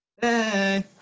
Hey